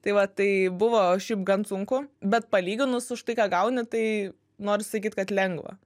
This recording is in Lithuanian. tai va tai buvo šiaip gan sunku bet palyginus už tai ką gauni tai noris sakyt kad lengva